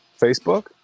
Facebook